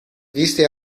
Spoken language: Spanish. viste